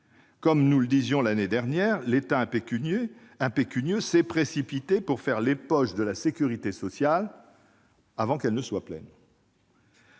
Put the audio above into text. Comme nous le disions l'année dernière, l'État impécunieux s'est précipité pour « faire les poches » de la sécurité sociale avant qu'elles ne soient pleines